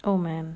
oh man